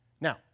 Now